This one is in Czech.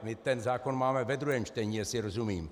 My ten zákon máme ve druhém čtení, jestli rozumím.